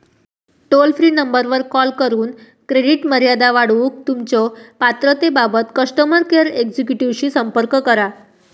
toll free नंबरवर call करून credit मर्यादा वाढवूक तुमच्यो पात्रतेबाबत कस्टमर केअर एक्झिक्युटिव्हशी संपर्क करा